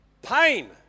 pain